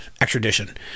extradition